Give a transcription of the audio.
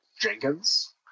Jenkins